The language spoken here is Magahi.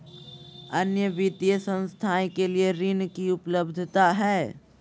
अन्य वित्तीय संस्थाएं के लिए ऋण की उपलब्धता है?